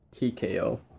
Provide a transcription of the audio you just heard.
TKO